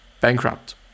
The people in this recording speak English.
bankrupt